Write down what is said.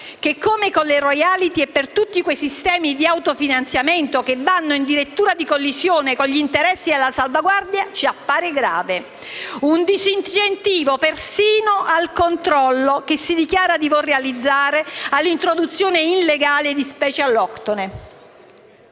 che, come per le *royalty* e per tutti quei sistemi di autofinanziamento che vanno in dirittura di collisione con gli interessi della salvaguardia, ci appare grave. Si tratta di un disincentivo persino al controllo che si dichiara di voler realizzare all'introduzione illegale di specie alloctone.